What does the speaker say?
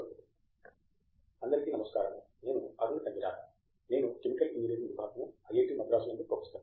తంగిరాల అందరికీ నమస్కారము నేను అరుణ్ తంగిరాల నేను కెమికల్ ఇంజనీరింగ్ విభాగము ఐఐటి మద్రాసు నందు ప్రొఫెసర్ ని